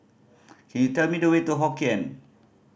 cound you tell me the way to Hokien